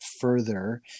further